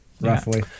roughly